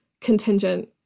contingent